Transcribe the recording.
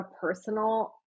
personal